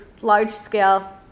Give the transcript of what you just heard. large-scale